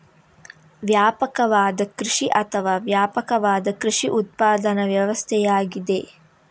ವ್ಯಾಪಕವಾದ ಕೃಷಿ ಅಥವಾ ವ್ಯಾಪಕವಾದ ಕೃಷಿ ಉತ್ಪಾದನಾ ವ್ಯವಸ್ಥೆಯಾಗಿದೆ